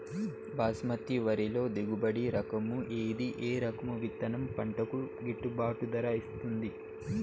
బాస్మతి వరిలో దిగుబడి రకము ఏది ఏ రకము విత్తనం పంటకు గిట్టుబాటు ధర ఇస్తుంది